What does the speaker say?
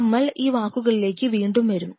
നമ്മൾ ഈ വാക്കുകളിലേക്ക് വീണ്ടും വരും